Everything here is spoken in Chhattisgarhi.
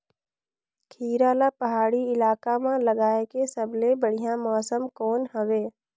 खीरा ला पहाड़ी इलाका मां लगाय के सबले बढ़िया मौसम कोन हवे?